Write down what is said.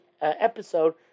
episode